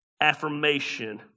affirmation